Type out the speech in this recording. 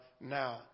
now